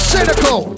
Cynical